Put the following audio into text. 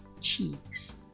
cheeks